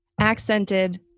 accented